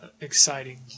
exciting